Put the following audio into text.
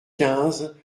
quinze